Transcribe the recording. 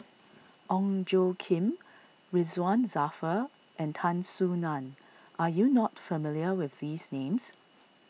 Ong Tjoe Kim Ridzwan Dzafir and Tan Soo Nan are you not familiar with these names